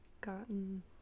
gotten